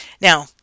Now